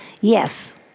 yes